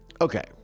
okay